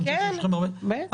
יש לכן הרבה ניסיון,